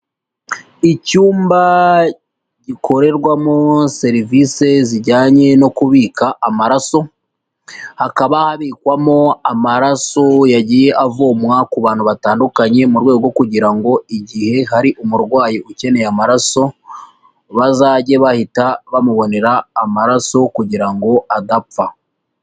Icyumba gikorerwamo serivise zijyanye no kubika amaraso, hakaba habikwamo amaraso yagiye avomwa ku bantu batandukanye mu rwego rwo kugira ngo igihe hari umurwayi ukeneye amaraso, bazajye bahita bamubonera amaraso kugira ngo adapfa.